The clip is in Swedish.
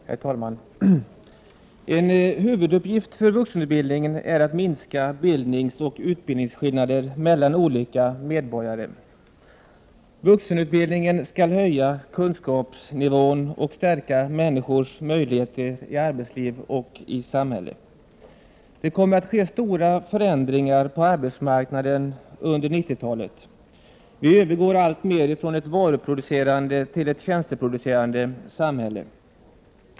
Herr talman! En huvuduppgift för vuxenutbildningen är att minska bildningsoch utbildningsskillnader mellan olika medborgare. Vuxenutbildningen skall höja kunskapsnivån och stärka människors möjligheter i arbetsliv och i samhälle. Det kommer att ske stora förändringar på arbetsmarknaden under 90-talet. Vi övergår alltmer från ett varuproduce rande till ett tjänsteproducerande samhälle.